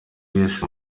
wese